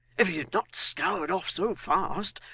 if he had not scoured off so fast,